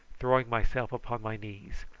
throwing myself upon my knees.